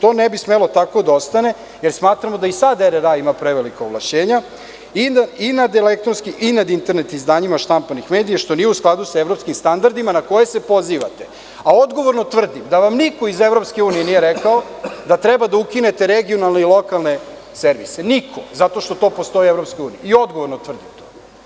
To ne bi smelo tako da ostane, jer smatramo da i sad RRA ima prevelika ovlašćena i nad elektronskim i nad internet izdanjima štampanih medija, što nije u skladu sa evropskim standardima na koje se pozivate, a odgovorno tvrdim da vam niko iz EU nije rekao da treba da ukinete regionalne i lokalne servise, niko, zato što to postoji u EU i odgovorno tvrdim to.